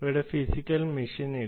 ഇവിടെ physical machine ഇല്ല